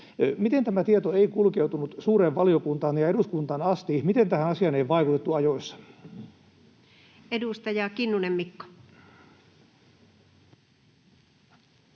Miten tämä tieto ei kulkeutunut suureen valiokuntaan ja eduskuntaan asti? Miten tähän asiaan ei vaikutettu ajoissa? Edustaja Kinnunen, Mikko.